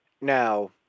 Now